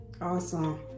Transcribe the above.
Awesome